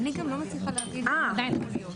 ועדיין להישאר אנונימי,